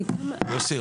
יוסי,